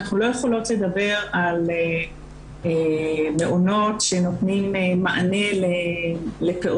אנחנו לא יכולות לדבר על מעונות שנותנים מענה לפעוטות,